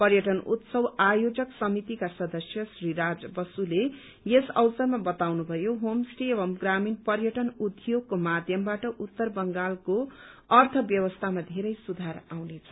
पर्यटन उत्सव आयोजक समितिका सदस्य श्री राज बासुले यस अवसरमा बताउनुभयो होमस्टे एवं ग्रामीण पर्यटन उद्योगको माध्यमवाट उत्तर बंगालको अर्थ व्यवस्थामा धेरै सुधार आउनेछ